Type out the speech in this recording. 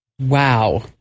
Wow